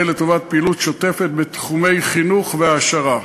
לטובת פעילות שוטפת בתחומי חינוך והעשרה.